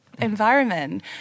environment